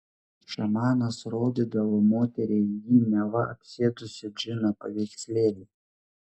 šamanas rodydavo moteriai jį neva apsėdusio džino paveikslėlį